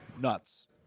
nuts